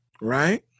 right